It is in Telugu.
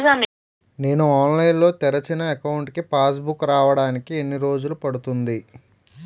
నేను ఆన్లైన్ లో తెరిచిన అకౌంట్ కి పాస్ బుక్ రావడానికి ఎన్ని రోజులు పడుతుంది?